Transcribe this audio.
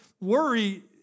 worry